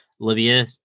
Libya